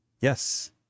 Yes